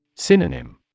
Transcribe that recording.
Synonym